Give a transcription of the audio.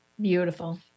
beautiful